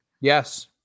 Yes